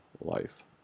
life